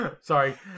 Sorry